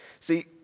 See